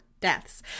Deaths